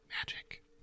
magic